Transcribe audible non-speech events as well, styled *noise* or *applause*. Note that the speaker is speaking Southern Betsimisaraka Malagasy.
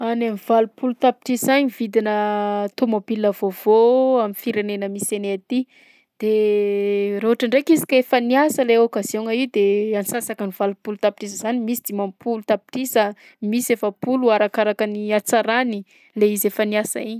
Any amin'ny valopolo tapitrisa agny vidinà *hesitation* tômôbila vaovao amin'ny firenena misy anay aty de *hesitation* raha ohatra ndraiky izy ka efa niasa le occasion-gna io de antsasakan'ny valopolo tapitrisa zany, misy dimampolo tapitrisa, misy efapolo arakarakan'ny hatsarany, le izy efa niasa igny.